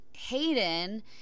Hayden